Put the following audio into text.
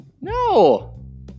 No